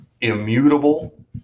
immutable